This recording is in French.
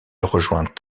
rejoint